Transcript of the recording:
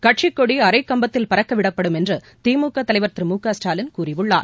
கட்சிக் கொடிஅரைக் கம்பத்தில் பறக்கவிடப்படும் என்றுதிமுகதலைவா் திரு மு க ஸ்டாலின் கூறியுள்ளார்